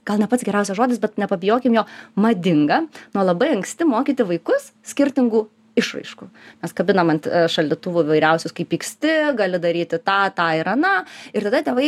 gal ne pats geriausias žodis bet nepabijokim jo madinga nuo labai anksti mokyti vaikus skirtingų išraiškų mes kabinam ant šaldytuvo įvairiausius kai pyksti gali daryti tą tą ir aną ir tada tėvai